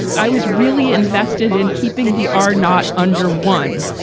i was really invested in keeping the are not under one.